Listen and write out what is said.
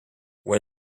where